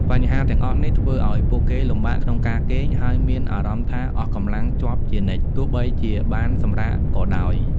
បញ្ហាទាំងអស់នេះ ធ្វើអោយពួកគេលំបាកក្នុងការគេង ហើយមានអារម្មណ៍ថាអស់កម្លាំងជាប់ជានិច្ច ទោះបីជាបានសម្រាកក៏ដោយ។